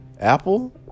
Apple